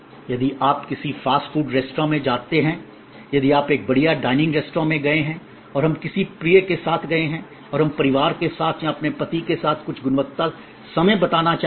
यदि आप किसी फास्ट फूड रेस्तरां में जाते हैं यदि आप एक बढ़िया डाइनिंग रेस्तरां में गए हैं और हम किसी प्रिय के साथ गए हैं और हम परिवार के साथ या अपने पति के साथ कुछ गुणवत्ता समय बिताना चाहेंगे